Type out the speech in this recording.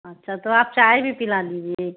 अच्छा तो आप चाय भी पिला दीजिए